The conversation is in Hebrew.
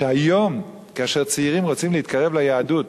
שהיום כאשר צעירים רוצים להתקרב אל היהדות